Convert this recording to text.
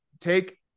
take